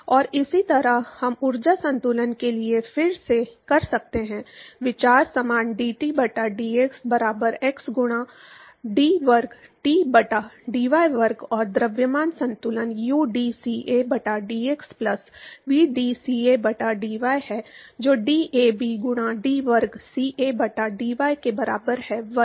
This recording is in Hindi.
और इसी तरह हम ऊर्जा संतुलन के लिए फिर से कर सकते हैं विचार समान dT बटा dx बराबर k गुणा d वर्ग T बटा dy वर्ग और द्रव्यमान संतुलन udCa बटा dx प्लस vdCa बटा dy है जो DAB गुणा d वर्ग Ca बटा dy के बराबर है वर्ग